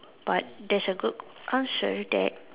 but there's a good answer that